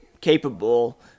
capable